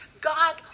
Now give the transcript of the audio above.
God